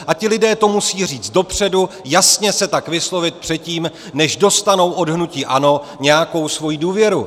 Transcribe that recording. A ti lidé to musí říct dopředu, jasně se tak vyslovit předtím, než dostanou od hnutí ANO nějakou svoji důvěru.